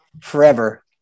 forever